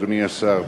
אדוני השר,